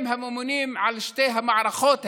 הם הממונים על שתי המערכות האלה.